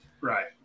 Right